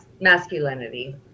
masculinity